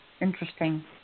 interesting